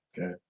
Okay